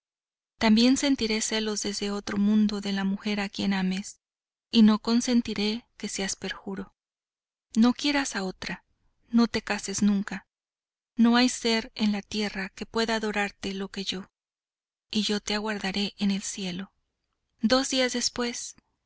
también sentiré celos desde otro mundo de la mujer a quien ames y no consentiré que seas perjuro no quieras a otra no te cases nunca no hay un ser en la tierra que pueda adorarte lo que yo y yo te aguardaré en el cielo dos días después